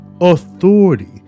authority